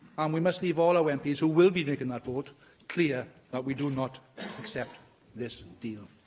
we must leave all our mps who will be making that vote clear that we do not accept this deal.